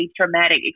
traumatic